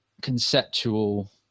conceptual